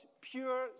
pure